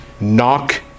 knock